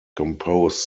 composed